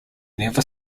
never